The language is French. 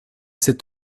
c’est